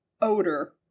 odor